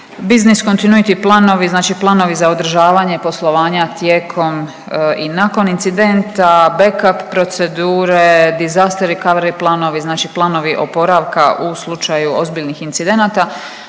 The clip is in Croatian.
business continuity planovi znači planovi za održavanje poslovanja tijekom i nakon incidenta, back up procedure, desaster recovery planovi, znači planovi oporavka u slučaju ozbiljnih incidenata,